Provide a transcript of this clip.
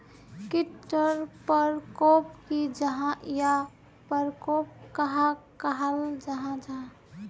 कीट टर परकोप की जाहा या परकोप कहाक कहाल जाहा जाहा?